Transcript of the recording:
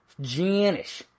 Janish